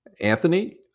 Anthony